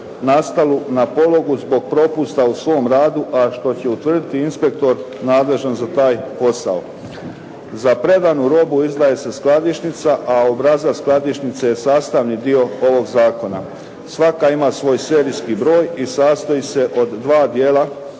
nastalu na pologu zbog propusta u svom radu, a što će utvrditi inspektor nadležan za taj posao. Za predanu robu izdaje se skladišnica, a obrazac skladišnice je sastavni dio ovog zakona. Svaka ima svoj serijski broj i sastoji se od dva dijela,